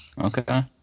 okay